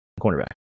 cornerback